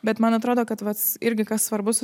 bet man atrodo kad vat irgi kas svarbu su